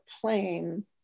plane